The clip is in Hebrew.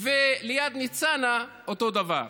ליד ניצנה, אותו דבר.